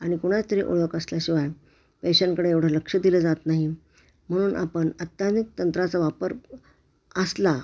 आणि कोणाची तरी ओळख असल्याशिवाय पेशंटकडे एवढं लक्ष दिलं जात नाही म्हणून आपण अत्याधुनिक तंत्राचा वापर असला